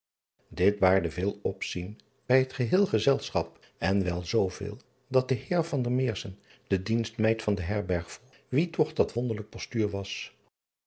it baarde vèel opzien bij het geheel gezelschap en wel zooveel dat de eer de dienstmeid van de herberg vroeg wie toch dat wonderlijk postuur was